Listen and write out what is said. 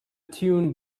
tune